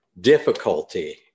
difficulty